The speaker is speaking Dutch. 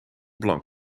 blanc